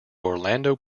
orlando